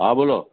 હા બોલો